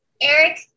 Eric